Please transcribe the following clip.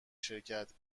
شرکت